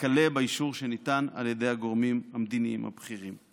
וכלה באישור שניתן על ידי הגורמים המדיניים הבכירים".